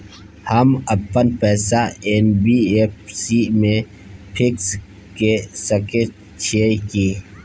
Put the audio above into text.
हम अपन पैसा एन.बी.एफ.सी म फिक्स के सके छियै की?